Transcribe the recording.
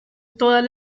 todas